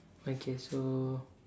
okay so